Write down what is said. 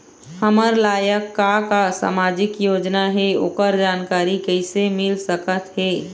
हमर लायक का का सामाजिक योजना हे, ओकर जानकारी कइसे मील सकत हे?